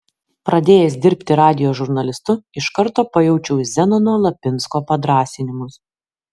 pradėjęs dirbti radijo žurnalistu iš karto pajaučiau zenono lapinsko padrąsinimus